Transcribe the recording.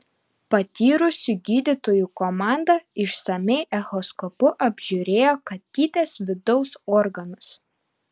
patyrusių gydytojų komanda išsamiai echoskopu apžiūrėjo katytės vidaus organus